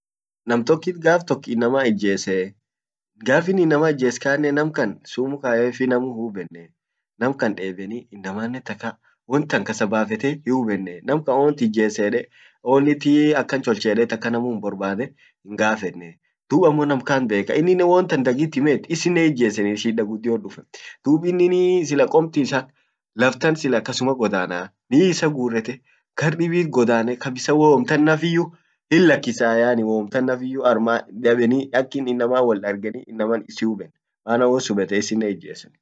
nam tokkit gaf tok inama ijjese, gafin inama ijes kan namkan sumu kaefi namu huuben namkan debeni inamannen taka won tan kasabafete hiubenne, nam kan ont ijese ede onnnit akan cholte ede taka namu hinborbade hin gafenne dub ammo nm kant bekaa inninen wowontan dagit himet ininnen hiijeseni shida guddiot dufa dub inin sila komt isa laftan sila kasuma godanaa mii isa gurrete, gar dibbit godane kabisa wom tan naffiyu hin lakkisa yaani won tam naffiyyu arma dabeni akinin inama wol dargeni inama isi hiuben maana wois hubetin isinen hiijesen.